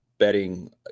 betting